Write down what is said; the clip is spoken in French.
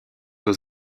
aux